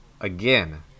again